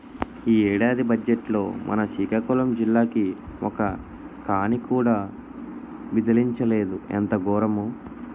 ఈ ఏడాది బజ్జెట్లో మన సికాకులం జిల్లాకి ఒక్క కానీ కూడా విదిలించలేదు ఎంత గోరము